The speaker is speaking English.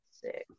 six